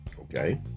Okay